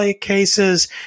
cases